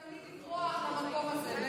תמיד לברוח למקום הזה,